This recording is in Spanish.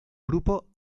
grupo